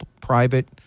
private